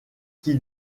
qui